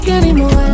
anymore